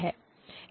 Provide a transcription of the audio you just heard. input x n है